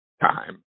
time